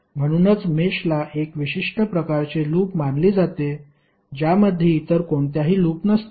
म्हणूनच मेषला एक विशिष्ट प्रकारची लूप मानली जाते ज्यामध्ये इतर कोणत्याही लूप नसतात